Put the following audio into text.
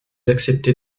acceptez